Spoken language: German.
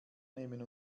nehmen